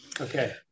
Okay